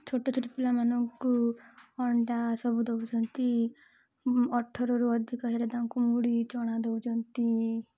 ଛୋଟ ଛୋଟ ପିଲାମାନଙ୍କୁ ଅଣ୍ଡା ସବୁ ଦେଉଛନ୍ତି ଅଠରରୁ ଅଧିକ ହେଲେ ତାଙ୍କୁ ମୁଢ଼ି ଚଣା ଦେଉଛନ୍ତି